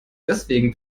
deswegen